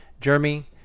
Jeremy